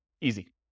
Easy